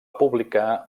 publicar